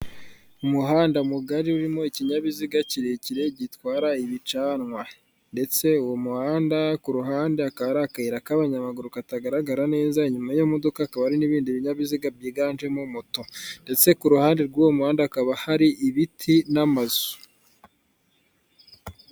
Umuhanda mugari urimo ikinyabiziga kirekire gitwara ibicanwa, ndetse uwo muhanda ku ruhande hakari akayira k'abanyamaguru katagaragara neza. Inyuma y'iyo modoka hakaba hari n'ibindi binyabiziga byiganjemo moto ndetse kuhande rw'uwo muhanda hakaba hari ibiti n'amazu.